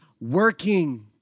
working